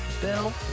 Bill